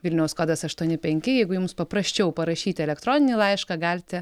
vilniaus kodas aštuoni penki jeigu jums paprasčiau parašyti elektroninį laišką galite